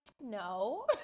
No